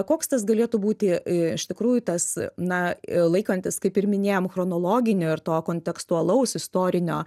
koks tas galėtų būti iš tikrųjų tas na laikantis kaip ir minėjom chronologinio ir to kontekstualaus istorinio